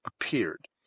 appeared